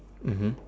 mmhmm